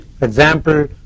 example